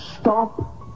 stop